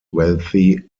wealthy